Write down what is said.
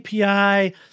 API